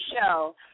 show